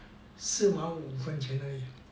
四毛五分钱而已